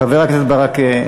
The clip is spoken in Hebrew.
חבר הכנסת ברכה,